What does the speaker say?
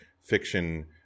fiction